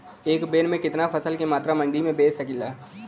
एक बेर में कितना फसल के मात्रा मंडी में बेच सकीला?